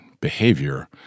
behavior